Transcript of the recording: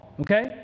okay